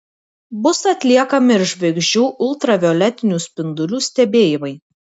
bus atliekami ir žvaigždžių ultravioletinių spindulių stebėjimai